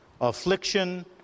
affliction